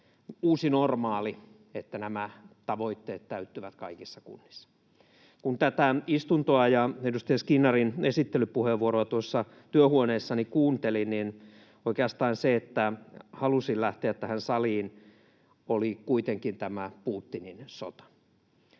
uusi normaali, että nämä tavoitteet täyttyvät kaikissa kunnissa. Kun tätä istuntoa ja ministeri Skinnarin esittelypuheenvuoroa työhuoneessani kuuntelin, niin oikeastaan syy, että halusin lähteä tähän saliin, oli kuitenkin tämä Putinin sota.